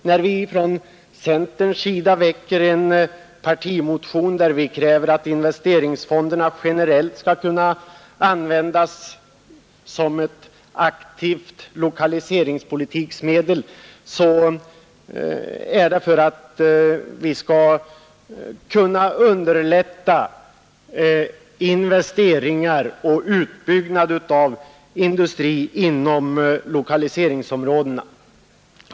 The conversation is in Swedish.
När centern väcker en partimotion, vari vi kräver att investeringsfonderna generellt skall kunna användas som ett aktivt lokaliseringspolitiskt medel, sker detta för att underlätta investeringar och utbyggnad av industrier inom lokaliseringsområdena.